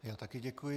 Já také děkuji.